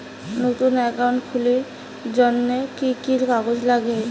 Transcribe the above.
নতুন একাউন্ট খুলির জন্যে কি কি কাগজ নাগে?